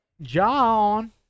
John